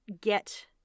get